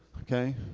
okay